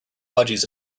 budgies